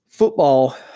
Football